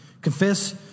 confess